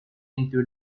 into